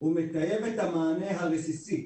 הוא מטייב את המענה הרסיסי,